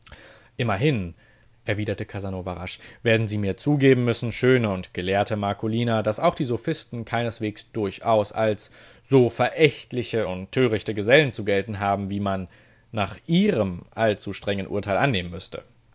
immerhin erwiderte casanova rasch werden sie mir zugeben müssen schöne und gelehrte marcolina daß auch die sophisten keineswegs durchaus als so verächtliche und törichte gesellen zu gelten haben wie man nach ihrem allzu strengen urteil annehmen müßte